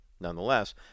nonetheless